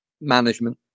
management